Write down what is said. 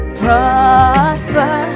prosper